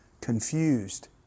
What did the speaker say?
confused